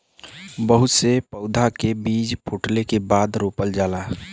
बहुत से पउधा के बीजा फूटले के बादे रोपल जाला